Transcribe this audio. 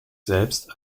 selbst